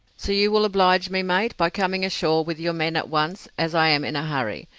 so you will oblige me, mate, by coming ashore with your men at once, as i am in a hurry,